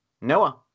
Noah